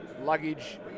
luggage